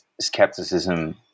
skepticism